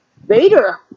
Vader